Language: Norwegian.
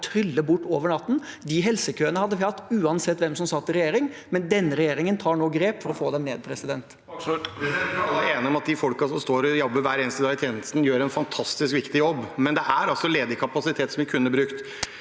å trylle bort over natten. De helsekøene hadde vi hatt uansett hvem som satt i regjering, men denne regjeringen tar nå grep for å få dem ned. Bård Hoksrud (FrP) Jeg tror alle er enige om at de folkene som står og jobber hver eneste dag i tjenesten, gjør en fantastisk viktig jobb, men det er altså ledig kapasitet som vi kunne ha brukt.